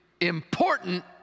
important